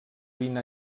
vint